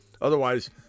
Otherwise